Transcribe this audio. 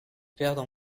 perdent